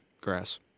grass